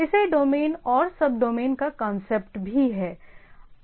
इसमें डोमेन और sub domain का कांसेप्ट भी है